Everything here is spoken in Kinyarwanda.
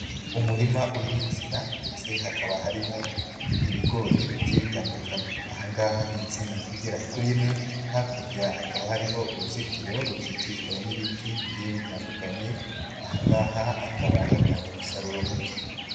Umurima urimo insina ndetse hakaba hariho ibigori bigiye bitandukanye. Aha ngaha ni insina igera kuri imwe, hakurya hakaba hariho uruzitiro rukikijwe n'ibiti bigiye bitandukanye, aha ngaha hakaba hatanga umusaruro muke.